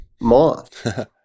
moth